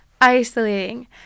Isolating